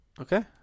Okay